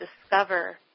discover